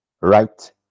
Right